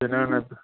जनान् अपि